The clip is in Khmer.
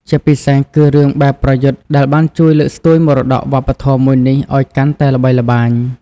ជាពិសេសគឺរឿងបែបប្រយុទ្ធ ដែលបានជួយលើកស្ទួយមរតកវប្បធម៌មួយនេះឲ្យកាន់តែល្បីល្បាញ។